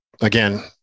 again